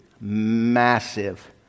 massive